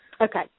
Okay